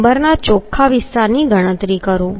મેમ્બરના ચોખ્ખા વિસ્તારની ગણતરી કરો